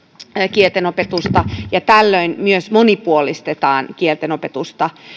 kielten opetusta ja tällöin myös monipuolistetaan kielten opetusta